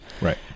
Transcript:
right